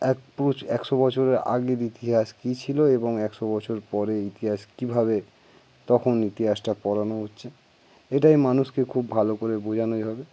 এক পুরুষ একশো বছরের আগের ইতিহাস কী ছিলো এবং একশো বছর পরে ইতিহাস কীভাবে তখন ইতিহাসটা পড়ানো হচ্ছে এটাই মানুষকে খুব ভালো করে বোঝানোই হবে